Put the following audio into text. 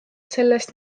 sellest